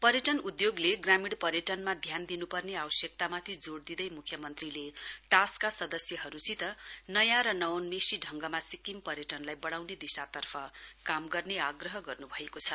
पर्यटन उद्योगले ग्रामीण पर्यटनमा ध्यान दिन्पर्ने आवश्यकतामाथि जोड दिँदै मुख्यमन्त्रीले टासका सदस्यहरूसित नयाँ र नवोन्मेषी ढंगमा सिक्किम पर्यटनलाई बढाउने दिशातर्फ काम गर्ने आग्रह गर्न् भएको छ